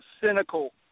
cynical